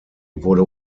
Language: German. wurde